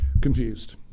confused